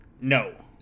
No